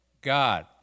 God